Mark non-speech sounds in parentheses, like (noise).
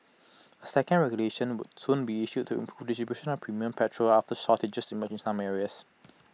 A second regulation would soon be issued to improve (unintelligible) of premium petrol after shortages emerged in some areas